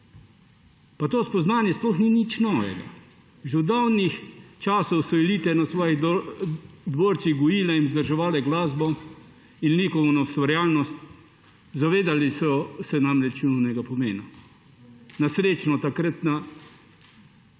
Pa to spoznanje sploh ni nič novega. Že od davnih časov so elite na svojih dvorcih gojile in vzdrževale glasbo in likovno ustvarjalnost, zavedali so se namreč njunega pomena. Na srečo takrat namera